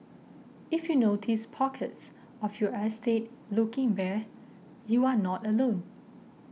if you notice pockets of your estate looking bare you are not alone